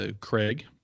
Craig